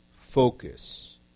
focus